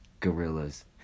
Gorillas